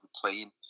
playing